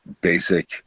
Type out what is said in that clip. basic